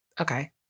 Okay